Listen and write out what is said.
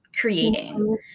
creating